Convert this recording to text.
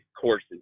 courses